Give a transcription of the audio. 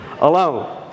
alone